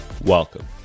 Welcome